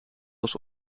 was